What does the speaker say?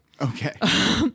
Okay